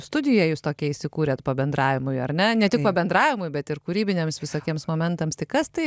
studiją jūs tokią įsikūrėt pabendravimui ar ne ne tik bendravimui bet ir kūrybiniams visokiems momentams tai kas tai